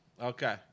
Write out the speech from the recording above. Okay